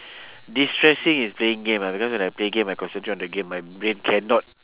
destressing is playing game ah because when I play game I concentrate on the game my brain cannot